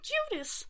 Judas